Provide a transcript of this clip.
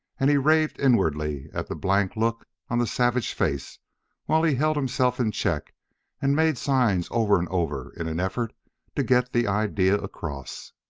and he raved inwardly at the blank look on the savage face while he held himself in check and made signs over and over in an effort to get the idea across.